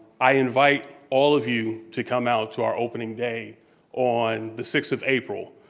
i invite all of you to come out to our opening day on the sixth of april.